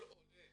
כל עולה